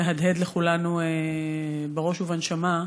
מהדהד לכולנו בראש ובנשמה.